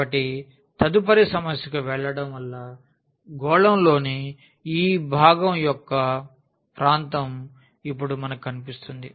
కాబట్టి తదుపరి సమస్యకు వెళ్ళడం వల్ల గోళంలోని ఆ భాగం యొక్క ప్రాంతం ఇప్పుడు మనకు కనిపిస్తుంది